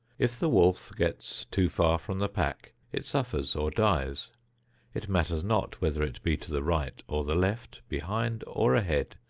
if the wolf gets too far from the pack it suffers or dies it matters not whether it be to the right or the left, behind or ahead,